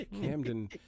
Camden